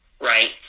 right